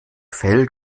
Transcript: fell